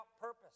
purpose